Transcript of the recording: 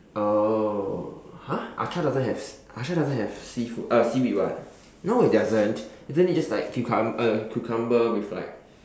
oh !huh! acar doesn't have acar doesn't have seafood uh seaweed [what] no it doesn't isn't it just like cucum~ uh uh cucumber with like